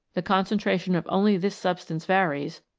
the concentration of only this substance varies,